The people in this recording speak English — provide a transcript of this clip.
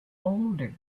older